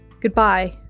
goodbye